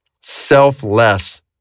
selfless